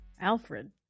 Alfred